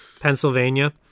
Pennsylvania